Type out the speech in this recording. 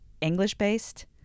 English-based